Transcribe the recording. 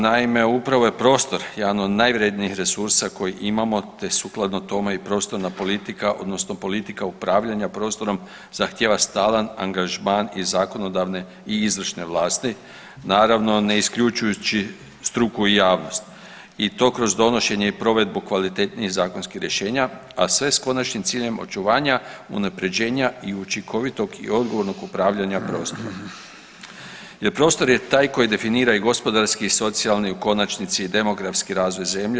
Naime, upravo je prostor jedan od najvrjednijih resursa koji imamo, te sukladno tome i prostorna politika odnosno politika upravljanja prostorom zahtjeva stalan angažman iz zakonodavne i izvršne vlasti, naravno ne isključujući struku i javnost i to kroz donošenje i provedbu kvalitetnijih zakonskih rješenja, a sve s konačnim ciljem očuvanja, unaprjeđenja i učinkovitog i odgovornog upravljanja prostorom jer prostor je taj koji definira i gospodarski i socijalni, u konačnici i demografski razvoj zemlje.